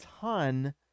ton